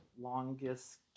longest